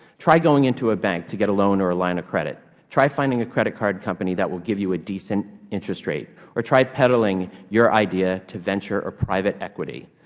try going into a bank to get a loan or a line of credit. try finding a credit card company that will give you a decent interest rate or try peddling your idea to venture or private equity.